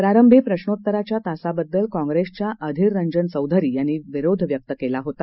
प्रारंभी प्रश्नोत्तराच्या तासाबद्दल काँप्रेसच्या अधिर रंजन चौधरी यांनी विरोध व्यक्त केला होता